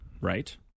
right